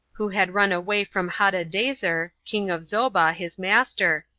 who had run away from hadadezer, king of zobah, his master,